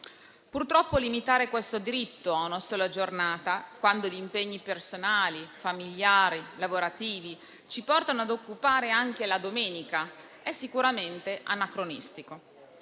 Purtroppo, limitare questo diritto a una sola giornata, quando gli impegni personali, familiari, lavorativi ci portano ad occupare anche la domenica, è sicuramente anacronistico.